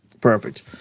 perfect